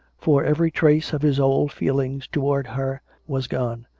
for every trace of his old feeling towards her was gone,